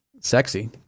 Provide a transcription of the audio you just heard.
sexy